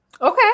Okay